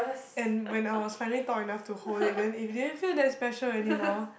and when I was finally tall enough to hold it then if you didn't feel that special anymore